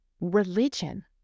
religion